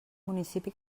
municipi